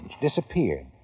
disappeared